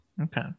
Okay